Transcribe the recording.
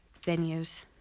venues